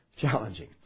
challenging